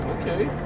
Okay